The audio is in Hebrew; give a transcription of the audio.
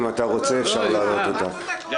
אם אתה רוצה אפשר להעלות את זה.